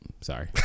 Sorry